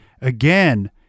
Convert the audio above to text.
Again